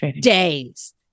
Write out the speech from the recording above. days